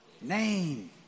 name